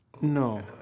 No